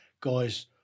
guys